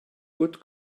good